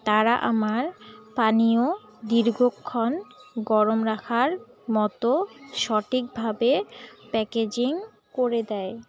তারা আমার পানীয় দীর্ঘক্ষণ গরম রাখার মতো সঠিকভাবে প্যাকেজিং করে দেয়